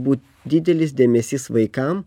būt didelis dėmesys vaikam